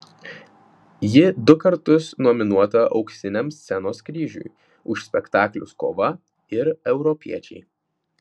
ji du kartus nominuota auksiniam scenos kryžiui už spektaklius kova ir europiečiai